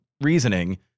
reasoning